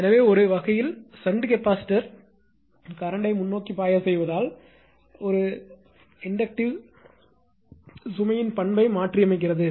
எனவே ஒரு வகையில் ஷன்ட் கெபாசிட்டார் மின்னோட்டத்தைகரண்ட்டை முன்னோக்கி பாய செய்வதால் மூலம் ஒரு தூண்டல்இண்டக்ட்டிவ் சுமையின் பண்பை மாற்றியமைக்கிறது